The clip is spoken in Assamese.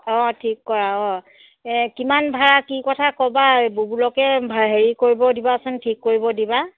অঁ ঠিক কৰা অঁ কিমান ভাড়া কি কথা ক'বা এই বুবুলকে ভা হেৰি কৰিব দিবাচোন ঠিক কৰিব দিবা